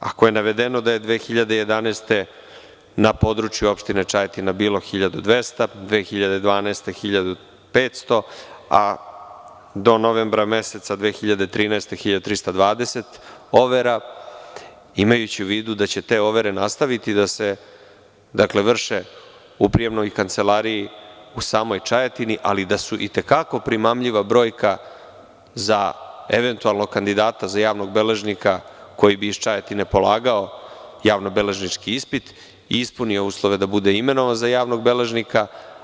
Ako je navedeno da je 2011. godine na području opštine Čajetina bilo 1.200, 2012. godine 1.500, a do novembra 2013. godine 1.320 overa, imajući u vidu da će te overe nastaviti da se vrše u prijemnoj kancelariji u samoj Čajetini, ali da su i te kako primamljiva brojka za eventualnog kandidata za javnog beležnika, koji bi iz Čajetine polagao javno-beležnički ispit i ispunio uslove da bude imenovan za javnog beležnika.